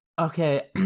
Okay